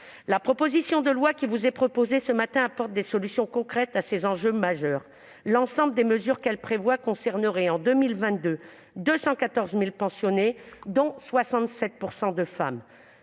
La proposition de loi qui vous est présentée ce matin apporte des solutions concrètes à ces enjeux majeurs. L'ensemble des mesures qu'elle prévoit concerneraient, en 2022, quelque 214 000 pensionnés, dont 67 % de femmes.